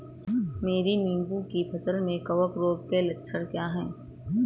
मेरी नींबू की फसल में कवक रोग के लक्षण क्या है?